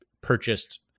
purchased